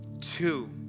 Two